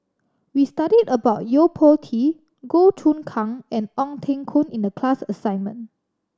we studied about Yo Po Tee Goh Choon Kang and Ong Teng Koon in the class assignment